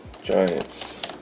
Giants